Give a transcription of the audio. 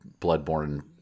Bloodborne